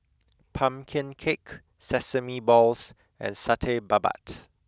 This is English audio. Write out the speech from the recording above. Pumpkin Cake Sesame Balls and Satay Babat